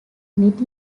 mid